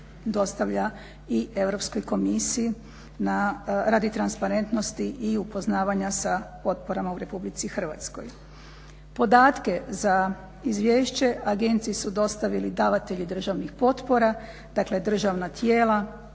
i Europskoj komisiji radi transparentnosti i upoznavanja sa potporama u RH. Podatke za izvješće agenciji su dostavili davatelji državnih potpora, dakle državna tijela,